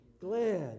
Glad